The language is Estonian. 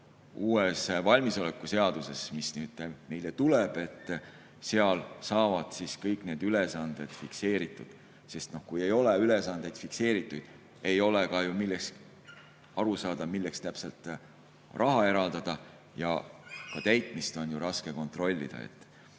uues valmisolekuseaduses, mis meile tuleb, saavad kõik need ülesanded fikseeritud. Kui ei ole ülesandeid fikseeritud, siis ei ole ju aru saada, milleks täpselt raha eraldada ja ka täitmist on raske kontrollida.